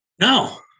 No